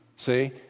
See